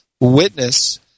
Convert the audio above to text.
witness